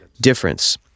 difference